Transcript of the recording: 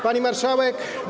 Pani Marszałek!